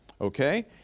okay